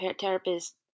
therapist